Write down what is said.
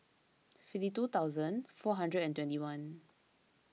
fifty two thousand four hundred and twenty one